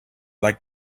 like